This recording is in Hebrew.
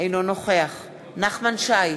אינו נוכח נחמן שי,